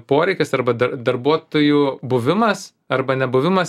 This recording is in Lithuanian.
poreikis arba darbuotojų buvimas arba nebuvimas